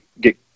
get